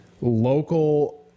local